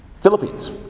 Philippines